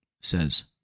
says